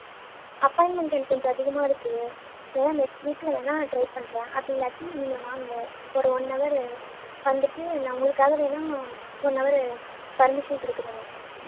appointment இன்னைக்கு கொஞ்ச அதிகமாக இருக்கு வேணா நெக்ஸ்ட் வீக்கில் வேணா ட்ரை பண்ணுறேன் அப்படி இல்லாட்டி நீங்கள் வாங்க ஒரு ஒன் அவரு வந்துவிட்டு நான் உங்களுக்காக வேணுன்னா ஒன் அவரு பர்மிஷன் கொடுக்குறேன் வாங்க